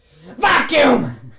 vacuum